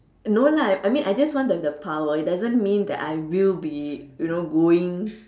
no lah I mean I just want to have the power it doesn't mean that I will be you know going